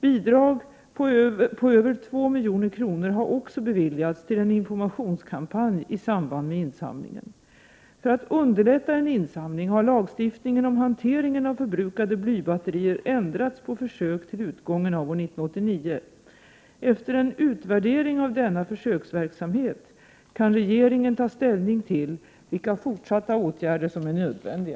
Bidrag på över 2 000 000 kr. har också beviljats til en informationskampanj i samband med insamlingen. För att underlätta en insamling har lagstiftningen om hanteringen av förbrukade blybatterier ändrats på försök till utgången av år 1989. Efter en utvärdering av denna försöksverksamhet kan regeringen ta ställning till vilka fortsatta åtgärder som är nödvändiga.